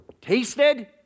tasted